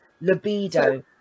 libido